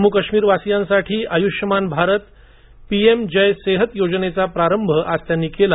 जम्मू कश्मीर वासियांसाठी आयुष्यमान भारत पीएम जय सेहत योजनेचा प्रारंभ आज त्यांनी केला